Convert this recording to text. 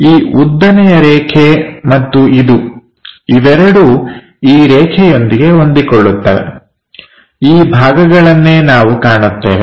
ಈ ಉದ್ದನೆಯ ರೇಖೆ ಮತ್ತು ಇದು ಇವೆರಡು ಈ ರೇಖೆಯೊಂದಿಗೆ ಹೊಂದಿಕೊಳ್ಳುತ್ತವೆ ಈ ಭಾಗಗಳನ್ನೇ ನಾವು ಕಾಣುತ್ತೇವೆ